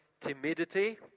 timidity